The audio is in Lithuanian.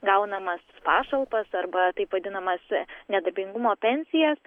gaunamas pašalpas arba taip vadinamas nedarbingumo pensijas